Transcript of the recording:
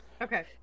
Okay